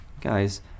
guys